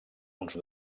uns